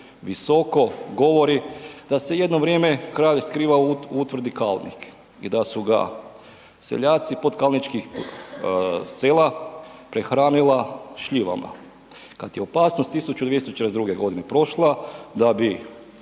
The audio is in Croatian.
Visoko govori da se jedno vrijeme kralj skrivao u utvrdi Kalnik i da su ga seljaci potkalničkih sela prehranila šljivama. Kad je opasnost 1242. godine prošla, da bi